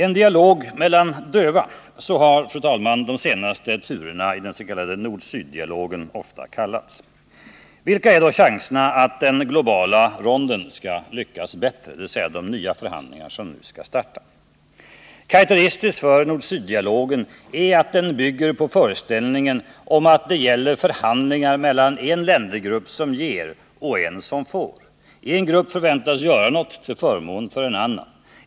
En dialog mellan döva — så har, fru talman, de senaste turerna i den s.k. nord-syd-dialogen ofta kallats. Vilka är då chanserna att den globala ronden skall lyckas bättre, dvs. de nya förhandlingar som nu skall starta? Karakteristiskt för nord-syd-dialogen är att den bygger på föreställningen om att det gäller förhandlingar mellan en ländergrupp som ger och en som får; en grupp förväntas göra något till förmån för en annan.